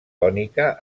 cònica